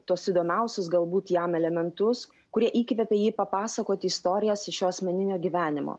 tuos įdomiausius galbūt jam elementus kurie įkvepia jį papasakoti istorijas iš jo asmeninio gyvenimo